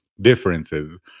differences